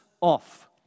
off